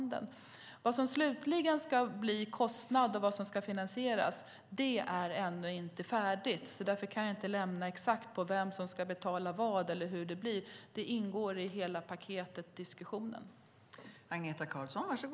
Vad som slutligen ska bli kostnad och vad som ska finansieras är ännu inte färdigt. Därför kan jag inte lämna exakta uppgifter på vem som ska betala vad eller hur det ska bli. Det ingår i diskussionen om hela paketet.